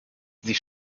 sie